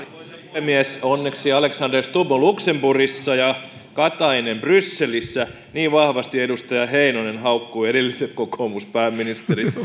puhemies onneksi alexander stubb on luxemburgissa ja katainen brysselissä niin vahvasti edustaja heinonen haukkui edelliset kokoomuspääministerit